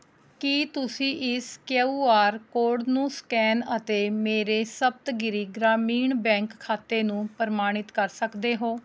ਕੀ ਤੁਸੀਂਂ ਇਸ Q R code ਨੂੰ ਸਕੈਨ ਅਤੇ ਮੇਰੇ ਸਪਤਗਿਰੀ ਗ੍ਰਾਮੀਣ ਬੈਂਕ ਖਾਤੇ ਨੂੰ ਪ੍ਰਮਾਣਿਤ ਕਰ ਸਕਦੇ ਹੋ